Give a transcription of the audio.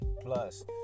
plus